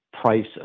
price